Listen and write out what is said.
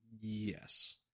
Yes